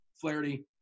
Flaherty